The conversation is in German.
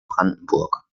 brandenburg